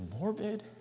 morbid